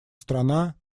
страна